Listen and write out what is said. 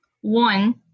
one